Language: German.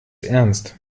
ernst